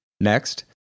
Next